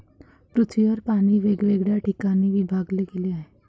पृथ्वीवर पाणी वेगवेगळ्या ठिकाणी विभागले गेले आहे